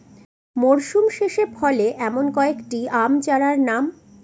মরশুম শেষে ফলে এমন কয়েক টি আম চারার নাম?